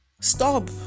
Stop